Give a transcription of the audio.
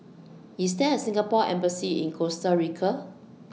IS There A Singapore Embassy in Costa Rica